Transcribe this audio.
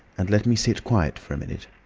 and let me sit quiet for a minute.